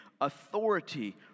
authority